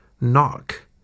Knock